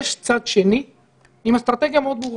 יש צד שני עם אסטרטגיה מאוד ברורה,